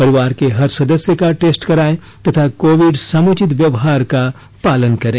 परिवार के हर सदस्य का टेस्ट कराये तथा कोविड समुचित व्यवहार का पालन करें